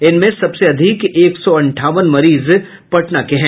इसमें सबसे अधिक एक सौ अंठावन मरीज पटना के हैं